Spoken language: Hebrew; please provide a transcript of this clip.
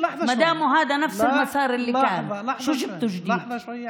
אם זה אותו המסלול שהיה, מה הבאתם חדש?) (רגע אחד,